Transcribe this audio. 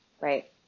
Right